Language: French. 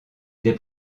des